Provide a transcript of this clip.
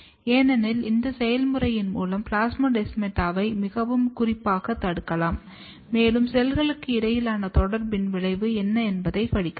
ஏனெனில் இந்த செயல்முறையின் மூலம் பிளாஸ்மோடெஸ்மாட்டாவை மிகவும் குறிப்பாகத் தடுக்கலாம் மேலும் செல்களுக்கு இடையிலான தொடர்பின் விளைவு என்ன என்பதை படிக்கலாம்